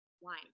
Wine